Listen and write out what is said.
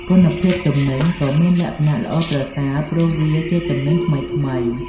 គុណភាពទំនិញក៏មានលក្ខណៈល្អប្រសើរព្រោះវាជាទំនិញថ្មីៗ។